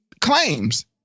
claims